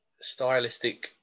stylistic